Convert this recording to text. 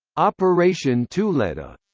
operation tuleta